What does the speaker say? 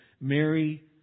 Mary